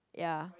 ya